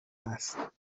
است